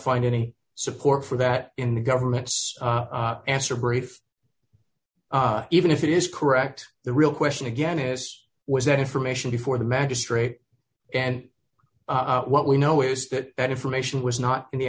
find any support for that in the government's answer brief even if it is correct the real question again is was that information before the magistrate and what we know is that that information was not in the